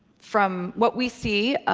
from what we see,